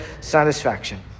satisfaction